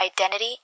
identity